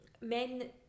men